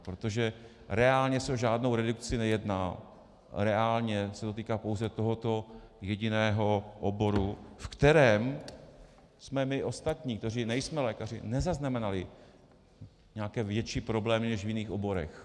Protože reálně se o žádnou redukci nejedná, reálně se to týká pouze tohoto jediného oboru, ve kterém jsme my ostatní, kteří nejsme lékaři, nezaznamenali nějaké větší problémy než v jiných oborech.